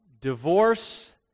divorce